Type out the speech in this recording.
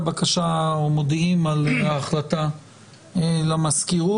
או מודיעים על ההחלטה למזכירות.